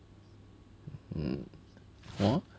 mm hor